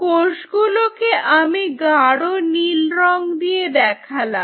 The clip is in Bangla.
কোষগুলোকে আমি গাঢ় নীল রং দিয়ে দেখালাম